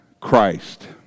Christ